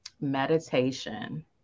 meditation